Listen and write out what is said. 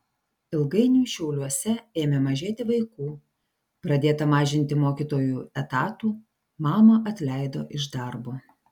ilgainiui šiauliuose ėmė mažėti vaikų pradėta mažinti mokytojų etatų mamą atleido iš darbo